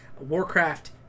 Warcraft